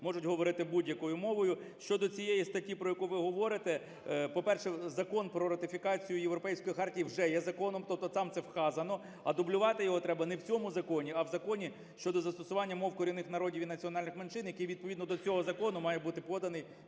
можуть говорити будь-якою мовою. Щодо цієї статті, про яку ви говорите, по-перше, Закон про ратифікацію Європейської хартії вже є законом, тобто там це вказано. А дублювати його треба не в цьому законі, а в Законі щодо застосування мов корінних народів і національних меншин, який відповідно до цього закону має бути поданий